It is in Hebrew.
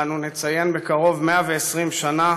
ואנו נציין בקרוב 120 שנה